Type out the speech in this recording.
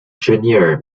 junior